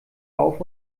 auf